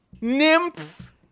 Nymph